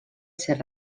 ser